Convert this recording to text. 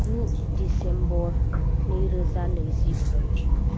गु डिसेम्बर नैरोजा नैजिब्रै